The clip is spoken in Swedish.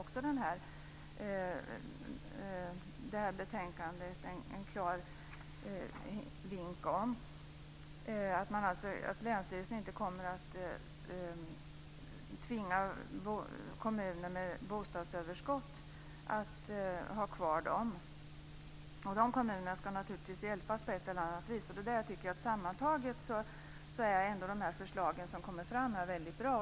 Länsstyrelserna kommer inte att tvinga kommuner med bostadsöverskott att ha kvar bostäderna. Dessa kommuner ska naturligtvis hjälpas på ett eller annat vis. Sammantaget tycker jag att de förslag som kommit fram är väldigt bra.